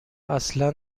اصلا